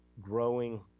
growing